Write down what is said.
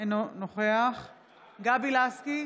אינו נוכח גבי לסקי,